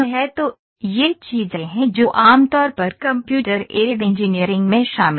तो ये चीजें हैं जो आम तौर पर कंप्यूटर एडेड इंजीनियरिंग में शामिल हैं